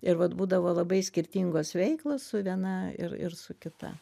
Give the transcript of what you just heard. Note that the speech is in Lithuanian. ir vat būdavo labai skirtingos veiklos su viena ir ir su kita